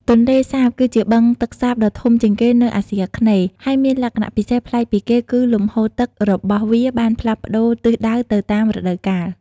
ទន្លេសាប គឺជាបឹងទឹកសាបដ៏ធំជាងគេនៅអាស៊ីអាគ្នេយ៍ ហើយមានលក្ខណៈពិសេសប្លែកពីគេគឺលំហូរទឹករបស់វាបានផ្លាស់ប្ដូរទិសដៅទៅតាមរដូវកាល។